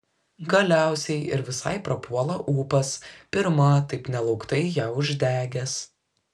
galiausiai ir visai prapuola ūpas pirma taip nelauktai ją uždegęs